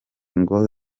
ngo